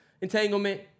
entanglement